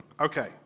okay